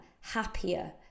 happier